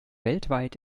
weltweit